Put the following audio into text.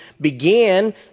began